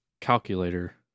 Calculator